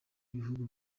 ibihugu